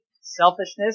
selfishness